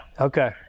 Okay